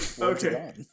Okay